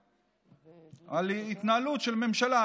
קודם על ההתנהלות של הממשלה.